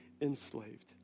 enslaved